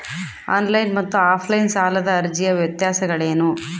On line ಮತ್ತು offline ಸಾಲದ ಅರ್ಜಿಯ ವ್ಯತ್ಯಾಸಗಳೇನು?